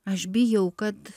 aš bijau kad